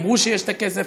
אמרו שיש כסף.